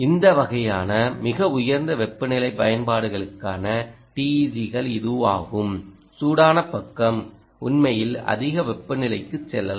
இந்த வகையான மிக உயர்ந்த வெப்பநிலை பயன்பாடுகளுக்கான TEG கள் இதுவாகும் சூடான பக்கம் உண்மையில் அதிக வெப்பநிலைக்கு செல்லலாம்